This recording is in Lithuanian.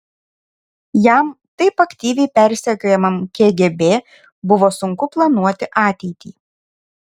jam taip aktyviai persekiojamam kgb buvo sunku planuoti ateitį